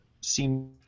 seem